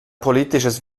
politisches